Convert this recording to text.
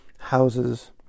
houses